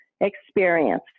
Experience